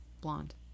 Blonde